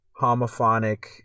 homophonic